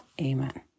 Amen